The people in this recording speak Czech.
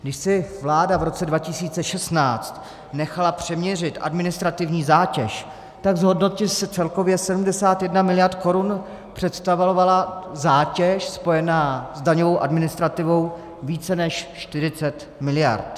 Když si vláda v roce 2016 nechala přeměřit administrativní zátěž, tak z hodnoty celkově 71 mld. korun představovala zátěž spojená s daňovou administrativou více než 40 mld.